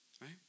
right